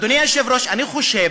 אדוני היושב-ראש, אני חושב